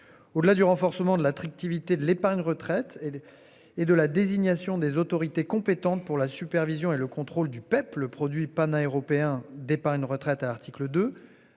Au-delà du renforcement de la trique Timité de l'épargne retraite et. Et de la désignation des autorités compétentes pour la supervision et le contrôle du peuple produit européen d'épargne retraite à article